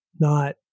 not-